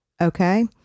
Okay